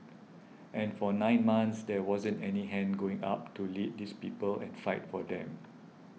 and for nine months there wasn't any hand going up to lead these people and fight for them